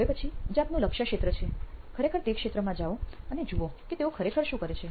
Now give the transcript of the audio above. હવે પછી જે આપનું લક્ષ્ય ક્ષેત્ર છે ખરેખર તે ક્ષેત્રમાં જાઓ અને જુઓ કે તેઓ ખરેખર શું કરે છે